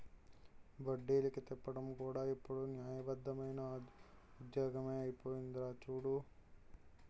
వడ్డీలకి తిప్పడం కూడా ఇప్పుడు న్యాయబద్దమైన ఉద్యోగమే అయిపోందిరా చూడు